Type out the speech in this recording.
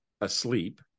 asleep